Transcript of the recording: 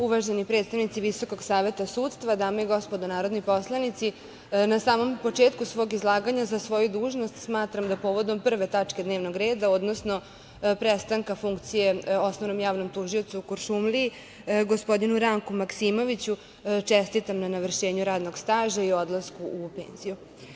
Uvaženi predstavnici Visokog saveta sudstva, dame i gospodo narodni poslanici, na samom početku svog izlaganja, za svoju dužnost smatram da povodom prve tačke dnevnog reda, odnosno prestanka funkcije Osnovnom javnom tužiocu u Kuršumliji, gospodinu Ranku Maksimoviću, čestitam na navršenju radnog staža i odlasku u penziju.